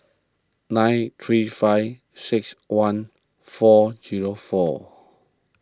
nine three five six one four zero four